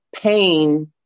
pain